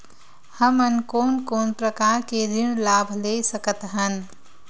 हमन कोन कोन प्रकार के ऋण लाभ ले सकत हन?